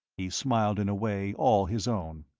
he smiled in a way all his own.